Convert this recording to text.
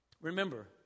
Remember